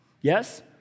Yes